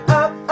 up